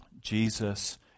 Jesus